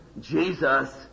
Jesus